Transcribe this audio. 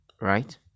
right